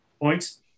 points